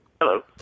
Hello